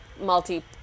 multi